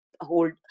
hold